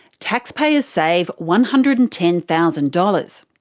taxpayers save one hundred and ten thousand dollars.